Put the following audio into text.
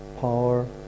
power